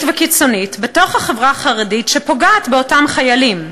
וקיצונית בתוך החברה החרדית שפוגעת באותם חיילים.